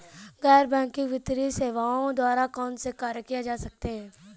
गैर बैंकिंग वित्तीय सेवाओं द्वारा कौनसे कार्य नहीं किए जा सकते हैं?